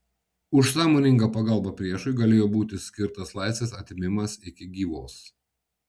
už sąmoningą pagalbą priešui galėjo būti skirtas laisvės atėmimas iki gyvos